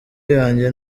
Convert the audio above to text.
yanjye